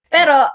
Pero